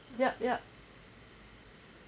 yup yup